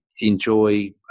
enjoy